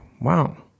wow